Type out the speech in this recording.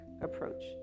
approach